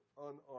unarmed